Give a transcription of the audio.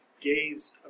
gazed